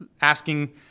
asking